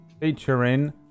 Featuring